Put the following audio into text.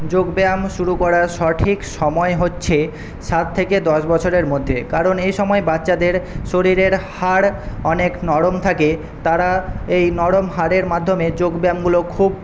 যোগব্যায়াম শুরু করার সঠিক সময় হচ্ছে সাত থেকে দশ বছরের মধ্যে কারণ এই সময়ে বাচ্চাদের শরীরের হাড় অনেক নরম থাকে তারা এই নরম হাড়ের মাধ্যমে যোগব্যায়ামগুলো খুব